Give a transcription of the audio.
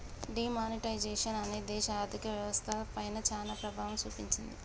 D monetisation అనేది దేశ ఆర్ధిక వ్యవస్థ పైన చానా ప్రభావం చూపించింది